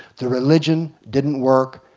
the religion didn't work,